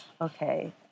okay